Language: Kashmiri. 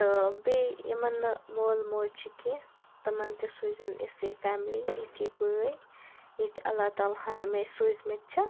تہٕ بیٚیہِ یِمَن نہٕ مول موج چھِ کیٚنٛہہ تِمَن تہِ سوٗزِن یژھٕے فیملی یِتھٕے بٲے یِتھۍ اللہ تعالہَن مےٚ سوٗزۍمٕتۍ چھِ